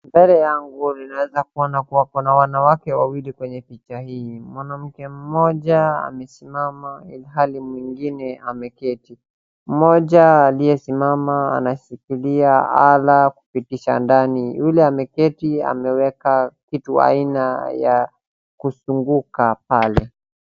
Mbele yangu ninaweza kuona kuwa kuna wanawake wawili kwenye picha hii. Mwanamke mmoja amesimama ilhali mwingine ameketi. Mmoja aliyesimama anashikilia ala kupitisha ndani, yule ameketi ameweka kitu aina ya kuzunguka pale.